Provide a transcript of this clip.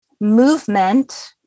movement